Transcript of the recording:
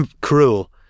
cruel